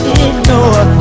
ignore